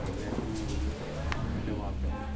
എല്ലാറ്റിനുമുപരി നല്ല വാർത്തകൾ